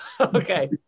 Okay